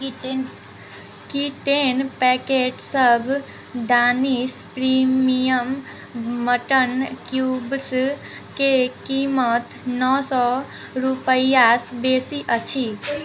की ten की ten packet सभ Danish premium mutton क्यूब्सके कीमत नओ सए रुपैआसँ बेसी अछि